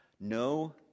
No